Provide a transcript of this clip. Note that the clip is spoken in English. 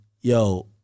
yo